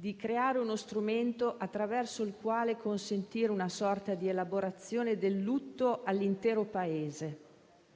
si creò uno strumento attraverso il quale consentire una sorta di elaborazione del lutto all'intero Paese;